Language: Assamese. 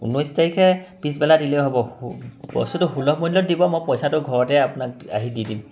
ঊনৈছ তাৰিখে পিছবেলা দিলে হ'ব বস্তুটো সুলভ মূল্যত দিব মই পইচাটো ঘৰতে আপোনাক আহি দি দিম